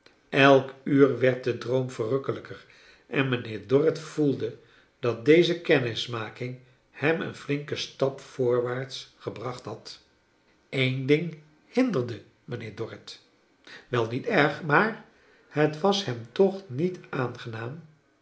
elk uur werd de droom verrukkelijker en mijnheer dorrit voelde dat deze kennismaking hem een flinken stap voorwaarts gebracht had een ding hinderde mijnheer dorrit wel niet erg maar het was hem toch niet aangenaam